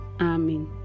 Amen